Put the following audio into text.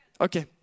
Okay